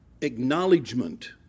acknowledgement